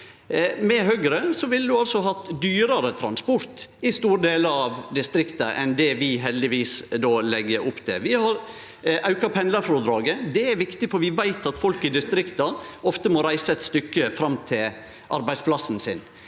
Med Høgre ville ein altså hatt dyrare transport i store delar av distrikta enn det vi, heldigvis, legg opp til. Vi har auka pendlarfrådraget. Det er viktig, for vi veit at folk i distrikta ofte må reise eit stykke til arbeidsplassen sin.